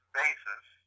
basis